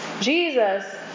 Jesus